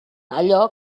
allò